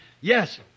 Yes